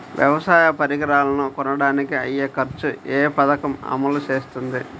వ్యవసాయ పరికరాలను కొనడానికి అయ్యే ఖర్చు ఏ పదకము అమలు చేస్తుంది?